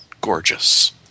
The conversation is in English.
gorgeous